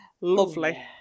Lovely